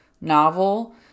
novel